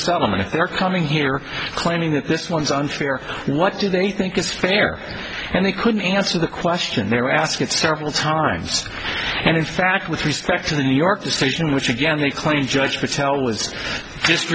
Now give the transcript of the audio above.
settlement they're coming here claiming that this one is unfair what do they think is fair and they couldn't answer the question they were asked several times and in fact with respect to the new york decision which again they claim judge patel was just